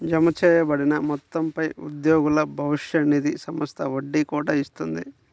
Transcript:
జమచేయబడిన మొత్తంపై ఉద్యోగుల భవిష్య నిధి సంస్థ వడ్డీ కూడా ఇస్తుంది